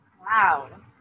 Wow